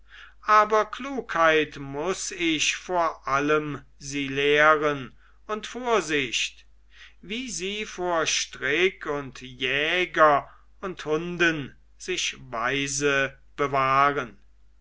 aber klugheit muß ich vor allem sie lehren und vorsicht wie sie vor strick und jäger und hunden sich weise bewahren